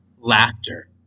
laughter